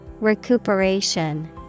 Recuperation